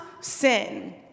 sin